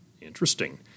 interesting